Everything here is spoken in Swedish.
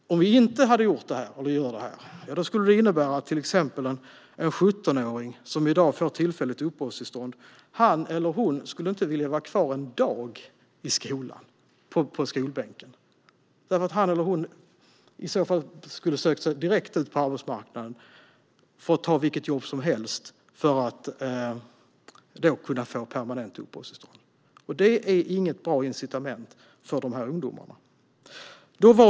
Om vi inte hade gjort detta skulle det innebära att till exempel en 17åring som i dag får ett tillfälligt uppehållstillstånd inte skulle vilja vara kvar en enda dag i skolbänken. Han eller hon skulle i så fall söka sig direkt ut på arbetsmarknaden och ta vilket jobb som helst för att kunna få permanent uppehållstillstånd. Det är inget bra incitament för de här ungdomarna.